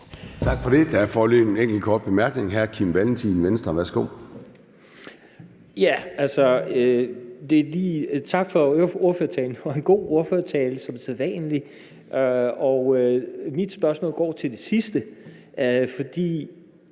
Tak for det. Der er en enkelt kort bemærkning. Hr. Kim Valentin, Venstre. Værsgo. Kl. 11:25 Kim Valentin (V): Tak for ordførertalen. Det var en god ordførertale som sædvanlig. Mit spørgsmål er til det sidste,